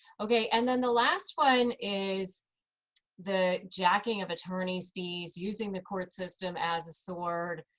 okay, and then the last one is the jacking of attorney's fees, using the court system as a sword,